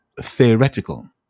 theoretical